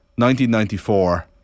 1994